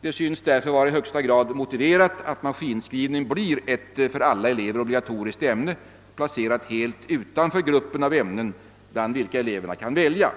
Det synes därför i högsta grad motiverat att maskinskrivning blir ett för alla elever obligatoriskt ämne, placerat helt utanför den grupp av ämnen bland vilka eleverna kan välja.